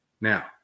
Now